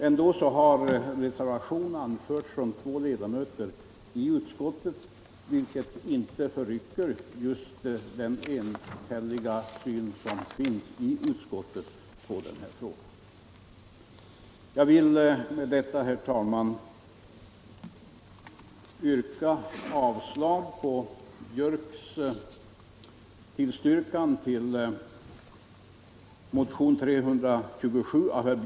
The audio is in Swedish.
Ändå har reservation an — Raoul Wallenberg förts av två ledamöter i utskottet, något som dock inte förrycker enigheten m.m. i synen på denna fråga inom utskottet. Herr talman! Jag vill med det anförda yrka avslag på herr Björcks i Nässjö hemställan om bifall till motionen 327.